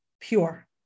pure